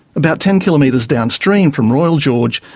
about ten kilometres downstream from royal george,